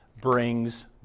brings